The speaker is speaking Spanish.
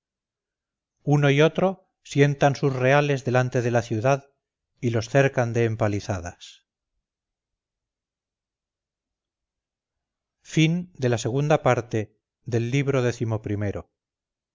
uno y otro sientan sus reales delante de la ciudad y los cercan de empalizadas virgilio eneida traducción de eugenio de ochoa libro